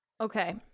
Okay